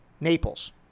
Naples